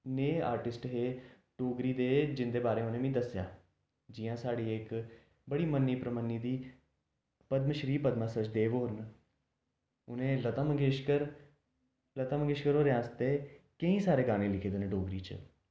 नेह् आर्टिस्ट हे डोगरी दे जिं'दे बारे उनें मिगी दस्सेआ जियां साढ़ी इक बड़ी मन्नी परमन्नी दी पदमश्री पदमा सचदेव होर न उ'नें लता मंगेश्कर लता मंगेश्कर होरें आस्तै केईं सारे गाने लिखे दे न डोगरी च